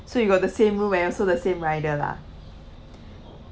so you got the same room and also the same rider lah